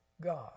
God